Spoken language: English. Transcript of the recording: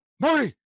Marty